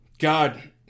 God